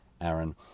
Aaron